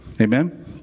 Amen